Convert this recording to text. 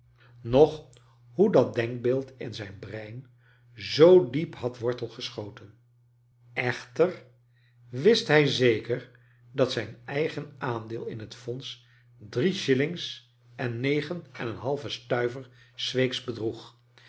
noch hoe dat denkbeeld in zijn brein zoo diep had wortel geschoten echter wist hij zeker dat zijn eigen aandeel in het fonds drie shillings en negen en een halven stuiver s weeks bedroeg